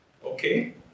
Okay